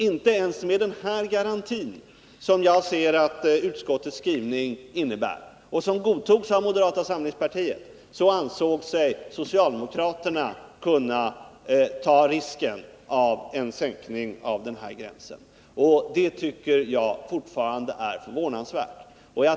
Inte ens med den garanti som utskottets skrivning innebär — och som godtogs av moderata samlingspartiet — ansåg sig socialdemokraterna kunna ta risken att sänka den här gränsen. Detta tycker jag fortfarande är förvånansvärt.